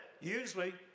usually